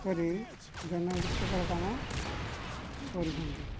କରି ଜନ ହିତକର କାମ କରୁଛନ୍ତି